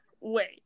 wait